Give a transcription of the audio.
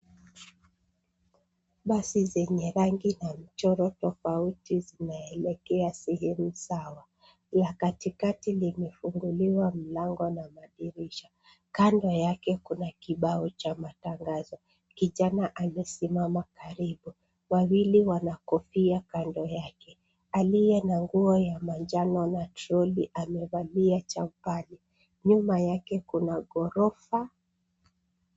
Basi zenye rangi na michoro tofauti zinaelekea sehemu sawa. La katikati limefunguliwa mlango na madirisha. Kando yake kuna kibao cha matangazo. Kijana amesimama karibu. Wawili wana kofia kando yake. Aliye na nguo ya manjano na troli amevalia cha upana. Nyuma yake kuna ghorofa.